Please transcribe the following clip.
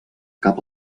cap